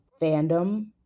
fandom